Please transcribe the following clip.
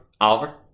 Oliver